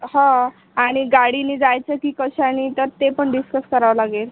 हां आणि गाडीने जायचं की कशाने तर ते पण डिस्कस करावं लागेल